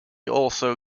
also